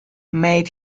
made